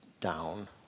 down